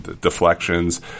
deflections